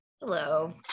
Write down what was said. Hello